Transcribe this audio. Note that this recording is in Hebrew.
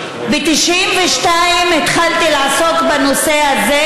ב-1992 התחלתי לעסוק בנושא הזה,